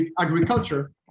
agriculture